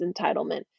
entitlement